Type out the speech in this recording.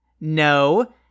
No